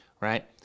right